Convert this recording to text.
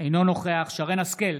אינו נוכח שרן מרים השכל,